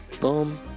Boom